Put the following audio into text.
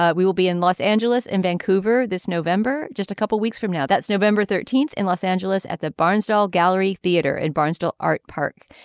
ah we will be in los angeles in vancouver this november just a couple of weeks from now. that's november thirteenth in los angeles at the barnstable gallery theater in and barnstable art park.